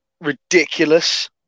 ridiculous